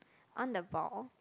on the ball